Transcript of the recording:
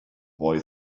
boy